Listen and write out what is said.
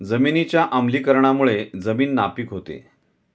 जमिनीच्या आम्लीकरणामुळे जमीन नापीक होते